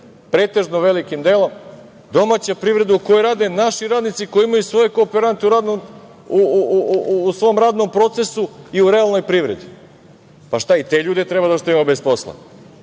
pretežno velikim delom, u kojoj rade naši radnici koji imaju svoje kooperante u svom radnom procesu i u realnoj privredi. Pa, šta, i te ljude treba da ostavimo bez posla? Sad